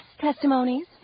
Testimonies